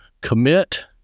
commit